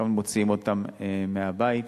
מוציאים אותם מהבית.